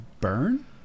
Burn